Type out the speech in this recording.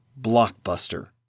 Blockbuster